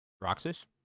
Roxas